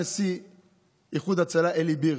נשיא איחוד הצלה אלי ביר,